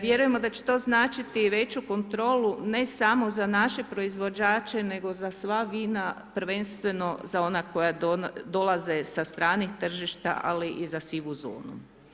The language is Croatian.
Vjerujemo da će to značiti i veću kontrolu, ne samo za naše proizvođače, nego za sva vina, prvenstveno za ona koja dolaze sa stranih tržišta, ali i za sivu zonu.